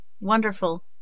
wonderful